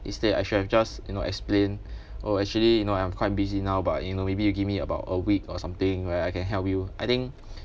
instead I should have just you know explained oh actually you know I'm quite busy now but you know maybe you give me about a week or something alright when I can help you I think